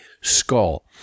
skull